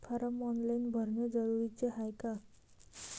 Form online भरने जरुरीचे हाय का?